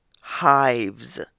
Hives